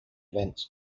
events